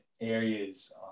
areas